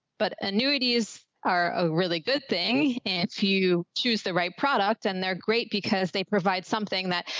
but annuities are a really good thing if you choose the right product and they're great because they provide something that,